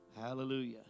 Hallelujah